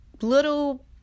little